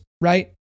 right